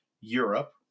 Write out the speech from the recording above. Europe